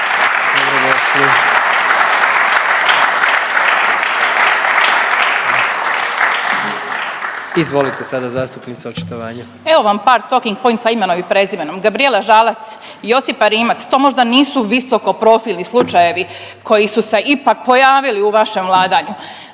(Socijaldemokrati)** Evo vam par talking pointsa imenom i prezimenom, Gabrijela Žalac, Josipa Rimac, to možda nisu visoko profilni slučajevi koji su se ipak pojavili u vašem vladanju.